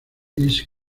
east